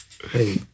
Hey